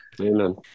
Amen